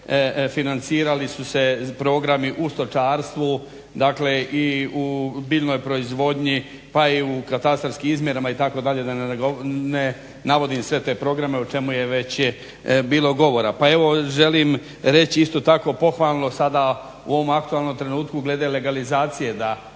dakle financirali su se programi u stočarstvu i u biljnoj proizvodnji pa i u katastarskim izmjerama itd. da ne navodim sve te programe o čemu je već bilo govora. Pa evo želim reći isto tako pohvalno sada u ovom aktualnom trenutku glede legalizacije da